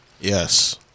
Yes